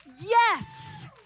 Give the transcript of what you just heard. Yes